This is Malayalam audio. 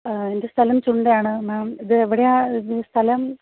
എൻ്റെ സ്ഥലം ചുണ്ടയാണ് മേം ഇത് എവിടെയാ ഇത് സ്ഥലം